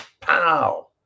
Pow